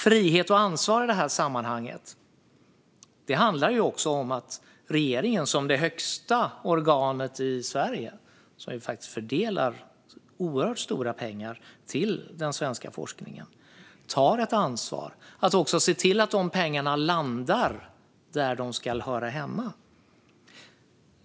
Frihet och ansvar i det här sammanhanget handlar också om att regeringen som det högsta organet i Sverige fördelar oerhört stora pengar till den svenska forskningen. Regeringen ska ta ett ansvar och se till att pengarna landar där de hör hemma.